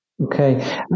Okay